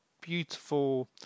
beautiful